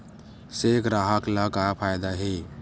से ग्राहक ला का फ़ायदा हे?